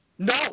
No